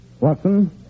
Watson